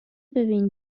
ببین